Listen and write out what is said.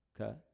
okay